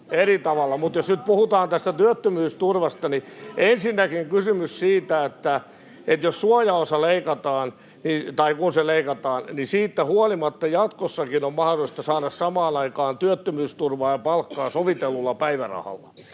vasemmalta] mutta jos nyt puhutaan tässä työttömyysturvasta, niin ensinnäkin kysymykseen siitä, kun suojaosa leikataan: siitä huolimatta jatkossakin on mahdollista saada samaan aikaan työttömyysturvaa ja palkkaa sovitellulla päivärahalla.